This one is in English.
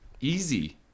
easy